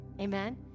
Amen